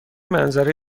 منظره